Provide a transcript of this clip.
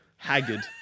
Haggard